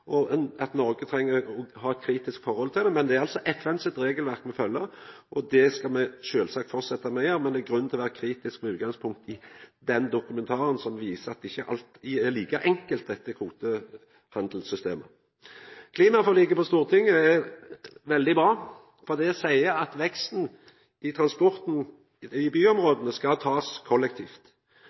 å ha eit kritisk forhold til handelen. Men det er altså FNs regelverk me følgjer. Det skal me sjølvsagt fortsetja med, men me har grunn til å vera kritiske med utgangspunkt i den dokumentaren som viser at ikkje alt er like enkelt i dette kvotehandelssystemet. Klimaforliket på Stortinget er veldig bra, for det seier at veksten i transporten i byområda skal ein ta kollektivt.